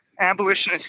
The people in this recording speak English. abolitionist